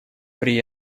при